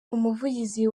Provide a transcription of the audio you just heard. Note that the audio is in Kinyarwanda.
umuvugizi